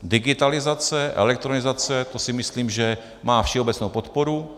Digitalizace, elektronizace to si myslím, že má všeobecnou podporu.